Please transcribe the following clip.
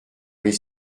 les